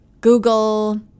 Google